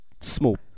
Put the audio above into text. small